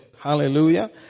Hallelujah